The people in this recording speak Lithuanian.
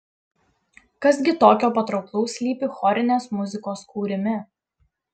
kas gi tokio patrauklaus slypi chorinės muzikos kūrime